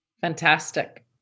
Fantastic